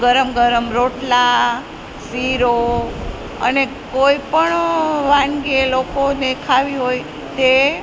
ગરમ ગરમ રોટલા શીરો અને કોઈપણ વાનગી એ લોકોને ખાવી હોય તે